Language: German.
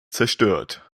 zerstört